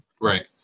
Right